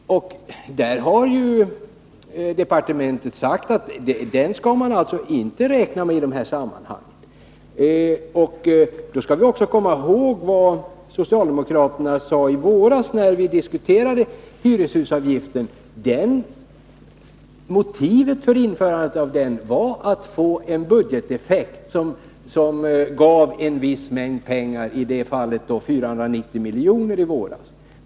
Men departementet har sagt att man inte skall räkna med någon sådan i det här sammanhanget. Vi skall också komma ihåg att socialdemokraterna i våras, när vi diskuterade hyreshusavgiften, sade att motivet för införandet av den var att få en budgeteffekt som gav en viss mängd pengar, i det fallet 490 milj.kr.